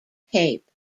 cape